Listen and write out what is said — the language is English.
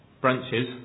branches